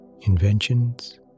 inventions